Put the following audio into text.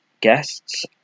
guests